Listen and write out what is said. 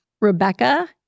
Rebecca